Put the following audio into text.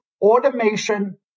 automation